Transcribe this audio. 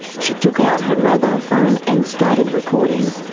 she took out her mobile phone and started recording.